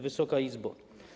Wysoka Izbo!